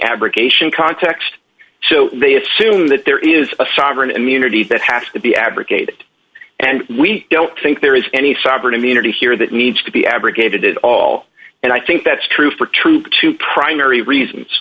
abrogation context so they assume that there is a sovereign immunity that has to be abrogated and we don't think there is any sovereign immunity here that needs to be abrogated at all and i think that's true for true two primary reasons